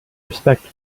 respect